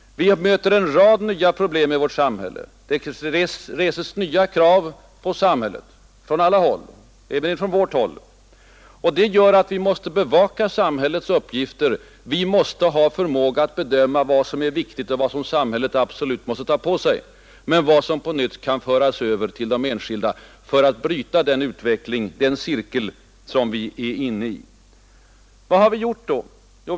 Vi möter en rad nya problem i vårt samhälle. Det reses nya krav på samhället från alla håll — även från vårt håll. Detta gör att vi måste ”bevaka” samhället. Vi måste ha förmåga att bedöma vad som är viktigt, vad som samhället absolut måste ta på sig och vad som kan föras över till de enskilda för att bryta den cirkel som vi är inne i. Vad har moderata samlingspartiet då gjort?